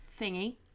thingy